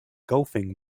golfing